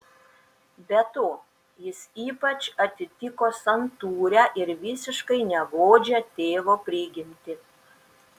be to jis ypač atitiko santūrią ir visiškai negodžią tėvo prigimtį